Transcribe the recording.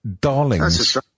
Darlings